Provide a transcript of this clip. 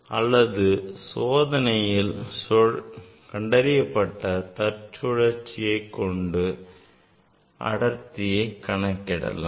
அல்லது சோதனையில் கண்டறியப்பட்ட தற்சுழற்சியைக் கொண்டு அடர்த்தியை கணக்கிடலாம்